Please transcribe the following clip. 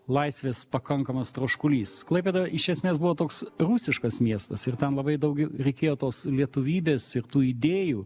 laisvės pakankamas troškulys klaipėda iš esmės buvo toks rusiškas miestas ir ten labai daug reikėjo tos lietuvybės ir tų idėjų